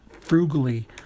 frugally